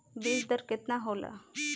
बीज दर केतना होला?